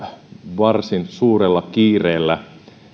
varsin suurella kiireellä